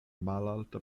malalta